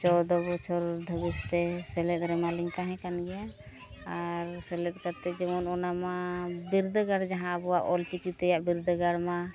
ᱪᱳᱫᱫᱳ ᱵᱚᱪᱷᱚᱨ ᱫᱷᱟᱹᱵᱤᱡ ᱛᱮ ᱥᱮᱞᱮᱫ ᱨᱮᱱᱟᱜ ᱞᱤᱧ ᱛᱟᱦᱮᱸ ᱠᱟᱱ ᱜᱮᱭᱟ ᱟᱨ ᱥᱮᱞᱮᱫ ᱠᱟᱛᱮᱫ ᱡᱮᱢᱚᱱ ᱚᱱᱟ ᱢᱟ ᱵᱤᱨᱫᱟᱹᱜᱟᱲ ᱡᱟᱦᱟᱸ ᱟᱵᱚᱣᱟᱜ ᱚᱞᱪᱤᱠᱤ ᱛᱮᱭᱟᱜ ᱵᱤᱨᱫᱟᱹᱜᱟᱲ ᱢᱟ